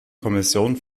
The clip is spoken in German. kommission